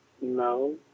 No